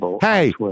hey